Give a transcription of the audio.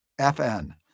FN